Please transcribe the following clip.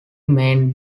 main